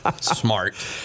Smart